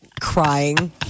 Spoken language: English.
Crying